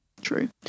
True